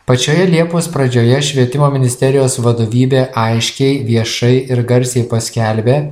pačioje liepos pradžioje švietimo ministerijos vadovybė aiškiai viešai ir garsiai paskelbė